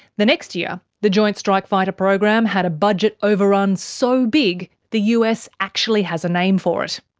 the next year the joint strike fighter program had a budget over-run so big the us actually has a name for it.